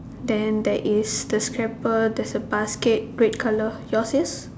then there is the scraper there's a basket red colour yours is